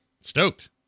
Stoked